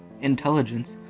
intelligence